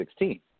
2016